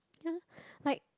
ya like